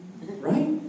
Right